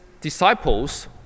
disciples